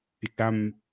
become